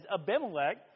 Abimelech